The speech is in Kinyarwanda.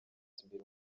imbere